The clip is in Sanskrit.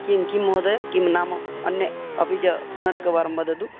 किं किं महोदय किं नाम अन्य अपि च पुनरेकवारं वदतु